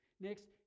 Next